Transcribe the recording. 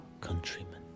countrymen